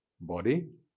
body